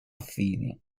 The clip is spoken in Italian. affini